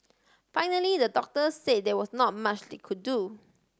finally the doctor say there was not much they could do